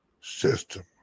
system